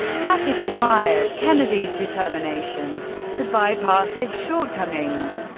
hackett admired kennedy's determination to bypass his shortcomings,